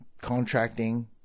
contracting